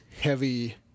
Heavy